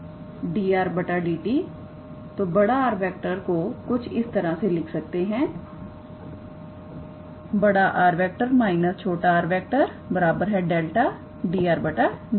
तो 𝑅⃗ को कुछ इस तरह से लिख सकते हैं 𝑅⃗ − 𝑟⃗ 𝜆 𝑑𝑟⃗ 𝑑𝑡